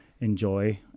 enjoy